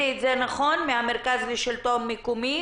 מהמרכז לשלטון מקומי,